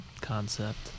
concept